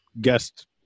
guest